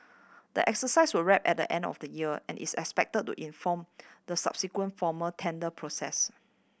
the exercise will wrap at the end of the year and is expected to inform the subsequent formal tender process